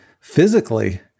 physically